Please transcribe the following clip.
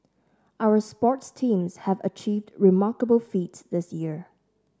our sports teams have achieved remarkable feats this year